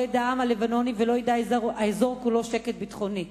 לא ידע העם הלבנוני ולא ידע האזור כולו שקט ביטחוני.